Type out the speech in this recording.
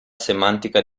semantica